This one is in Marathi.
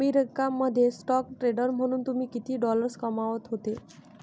अमेरिका मध्ये स्टॉक ट्रेडर म्हणून तुम्ही किती डॉलर्स कमावत होते